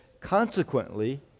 Consequently